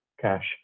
cash